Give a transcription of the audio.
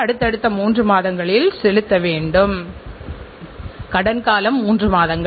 அது அண்டை வீட்டுக்காரர்களின்பொறாமை சொந்தக்காரர்களின் அல்லது உரிமையாளர்கள் பெருமிதம்